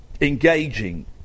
engaging